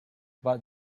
but